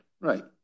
Right